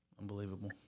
Unbelievable